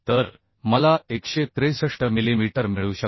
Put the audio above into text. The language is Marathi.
तर मला 163 मिलीमीटर मिळू शकते